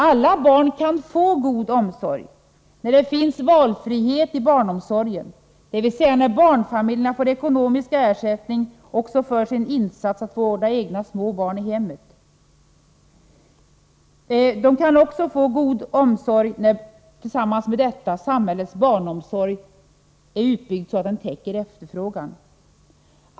Alla barn kan få god omsorg, när det finns valfrihet i barnomsorgen — dvs. när barnfamiljerna får ekonomisk ersättning för sin insats att vårda egna små barn i hemmet — och när samhällets barnomsorg är utbyggd så att den täcker efterfrågan.